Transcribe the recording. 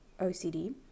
OCD